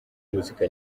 muzika